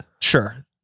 Sure